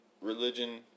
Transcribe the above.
religion